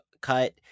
cut